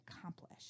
accomplish